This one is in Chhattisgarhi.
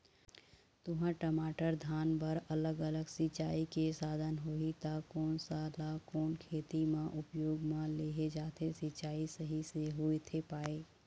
तुंहर, टमाटर, धान बर अलग अलग सिचाई के साधन होही ता कोन सा ला कोन खेती मा उपयोग मा लेहे जाथे, सिचाई सही से होथे पाए?